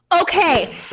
Okay